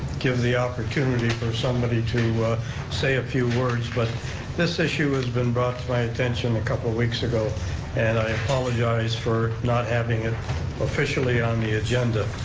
give the opportunity for somebody to say a few words, but this issue has been brought to my attention a couple weeks ago and i apologize for not having it officially on the agenda.